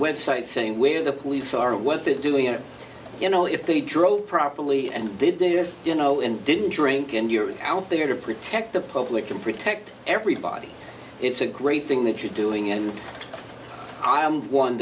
web site saying where the police are what they're doing it you know if they drove properly and they do have you know and didn't drink and you're out there to protect the public and protect everybody it's a great thing that you're doing and i am one